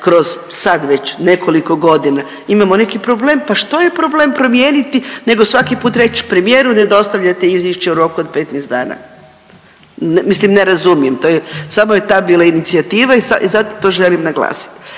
kroz sad već nekoliko godina imamo neki problem, pa što je problem promijeniti nego svaki put reći premijeru ne dostavljate izvješće u roku od 15 dana. Mislim ne razumijem to, samo je ta bila inicijativa i zato to želim naglasiti.